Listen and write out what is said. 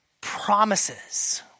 promises